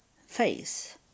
face